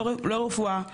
לא רפואה,